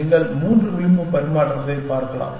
நீங்கள் 3 விளிம்பு பரிமாற்றத்தைப் பார்க்கலாம்